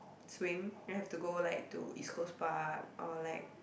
swing you have to go like to East-Coast-Park or like